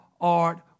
art